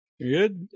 Good